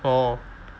orh